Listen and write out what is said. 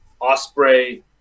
Osprey